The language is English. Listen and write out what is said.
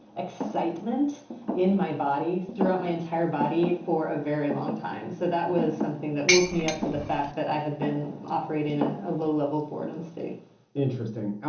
excitement in my body, throughout my entire body for a very long time so that was something that woke me up to the fact that i had been operating at and a low level boredom state interesting.